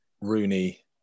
Rooney